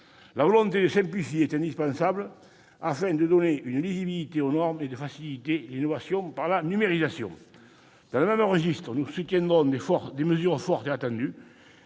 La volonté de simplifier est indispensable, afin de donner une lisibilité aux normes et de faciliter l'innovation par la numérisation. Dans le même esprit, nous soutiendrons des mesures fortes et attendues